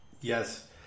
Yes